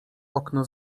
okno